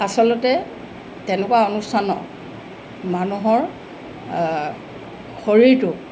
আচলতে তেনেকুৱা অনুষ্ঠানত মানুহৰ শৰীৰটোক